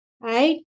right